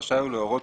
רשאי הוא להורות,